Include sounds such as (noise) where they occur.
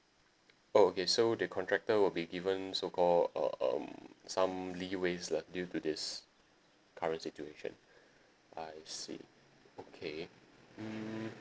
oh okay so the contractor will be given so called uh um some leeway lah due to this current situation (breath) I see okay mm